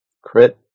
Crit